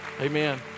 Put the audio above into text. amen